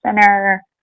center